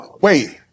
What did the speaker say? Wait